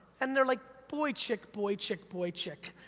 and they're like, boychik, boychik, boychik.